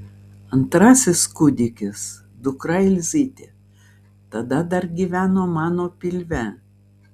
antrasis kūdikis dukra elzytė tada dar gyveno mano pilve